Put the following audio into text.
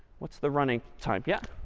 what's the running time? yeah.